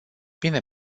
bine